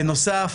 בנוסף,